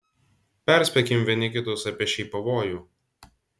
perspėkim vieni kitus apie šį pavojų